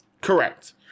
Correct